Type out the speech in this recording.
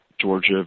Georgia